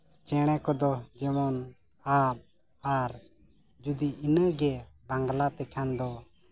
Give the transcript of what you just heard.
ᱪᱮᱬᱮ ᱠᱚᱫᱚ ᱡᱮᱢᱚᱱ ᱟᱵ ᱟᱨ ᱡᱩᱫᱤ ᱤᱱᱟᱹᱜᱮ ᱵᱟᱝᱞᱟ ᱛᱮᱠᱷᱟᱱ ᱫᱚ